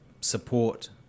support